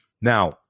Now